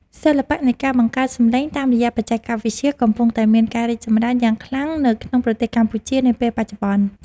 សិល្បៈនៃការបង្កើតសំឡេងតាមរយៈបច្ចេកវិទ្យាកំពុងតែមានការរីកចម្រើនយ៉ាងខ្លាំងនៅក្នុងប្រទេសកម្ពុជានាពេលបច្ចុប្បន្ន។